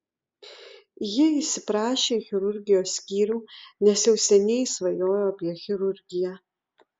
ji įsiprašė į chirurgijos skyrių nes jau seniai svajojo apie chirurgiją